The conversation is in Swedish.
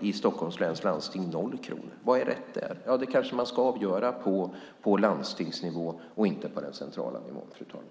I Stockholms läns landsting tar man 0 kronor. Vad är rätt där? Det kanske man ska avgöra på landstingsnivå och inte på den centrala nivån, fru talman.